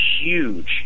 huge